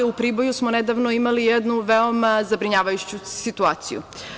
U Priboju smo nedavno imali jednu veoma zabrinjavajuću situaciju.